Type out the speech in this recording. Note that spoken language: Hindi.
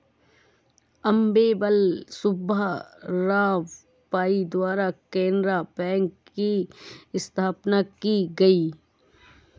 अम्मेम्बल सुब्बा राव पई द्वारा केनरा बैंक की स्थापना की गयी